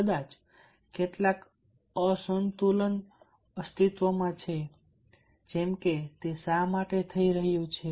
કદાચ કેટલાક અસંતુલન અસ્તિત્વમાં છે તે શા માટે થઈ રહ્યું છે